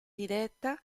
diretta